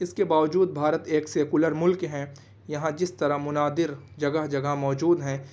اس کے باوجود بھارت ایک سیکولر ملک ہے یہاں جس طرح منادر جگہ جگہ موجود ہیں